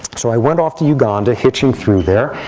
so i went off to uganda, hitching through there.